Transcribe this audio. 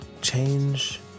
Change